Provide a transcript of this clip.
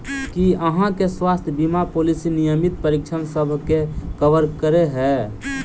की अहाँ केँ स्वास्थ्य बीमा पॉलिसी नियमित परीक्षणसभ केँ कवर करे है?